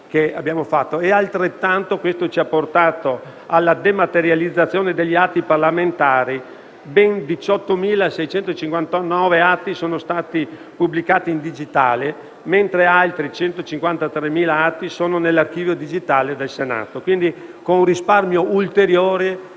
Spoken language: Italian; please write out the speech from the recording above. importante. Questo ci ha portati anche alla dematerializzazione degli atti parlamentari: ben 18.659 atti sono stati pubblicati in formato digitale, mentre altri 153.000 atti sono nell'archivio digitale del Senato, con un risparmio di ulteriori